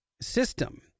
system